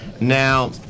Now